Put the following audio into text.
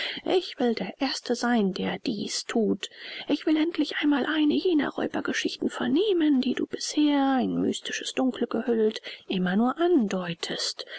ich will der erste sein der dieß thut ich will endlich einmal eine jener räubergeschichten vernehmen die du bisher in mystisches dunkel gehüllt immer nur andeutest